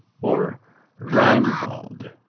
or rheinwald